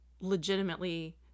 legitimately